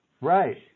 Right